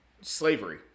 slavery